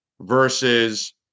versus